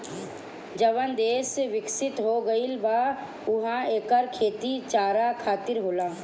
जवन देस बिकसित हो गईल बा उहा एकर खेती चारा खातिर होला